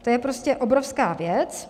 To je prostě obrovská věc.